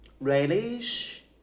relish